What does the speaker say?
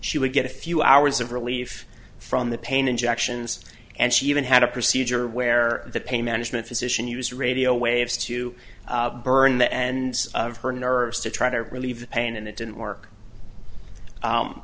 she would get a few hours of relief from the pain injections and she even had a procedure where the pain management physician use radio waves to burn the ends of her nerves to try to relieve the pain and it didn't work